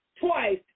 twice